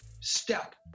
step